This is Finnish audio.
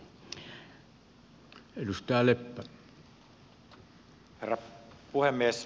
herra puhemies